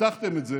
והבטחתם את זה